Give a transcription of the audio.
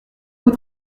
vous